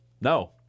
No